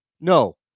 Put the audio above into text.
No